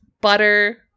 Butter